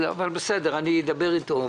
יכולים בסדר, אני אדבר איתו.